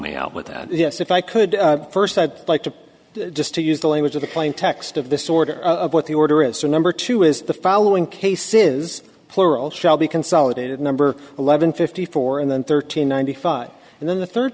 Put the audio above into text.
me out with that yes if i could first i'd like to just to use the language of the plain text of this order what the order is so number two is the following case is plural shall be consolidated number eleven fifty four and then thirteen ninety five and then the third